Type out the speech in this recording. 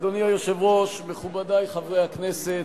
אדוני היושב-ראש, מכובדי חברי הכנסת,